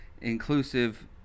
inclusive